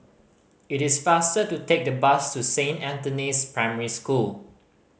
it is faster to take the bus to Saint Anthony's Primary School